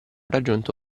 raggiunto